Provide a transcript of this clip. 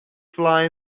fly